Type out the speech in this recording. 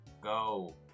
Go